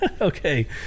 Okay